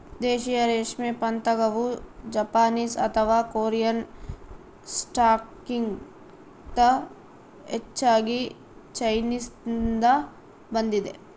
ದೇಶೀಯ ರೇಷ್ಮೆ ಪತಂಗವು ಜಪಾನೀಸ್ ಅಥವಾ ಕೊರಿಯನ್ ಸ್ಟಾಕ್ಗಿಂತ ಹೆಚ್ಚಾಗಿ ಚೈನೀಸ್ನಿಂದ ಬಂದಿದೆ